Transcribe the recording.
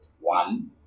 one